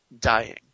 dying